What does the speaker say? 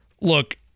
Look